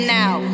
now